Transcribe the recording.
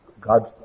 God's